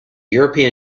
european